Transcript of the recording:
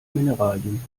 mineralien